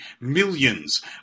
millions